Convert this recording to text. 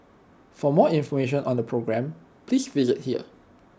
for more information on the programme please visit here